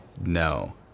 No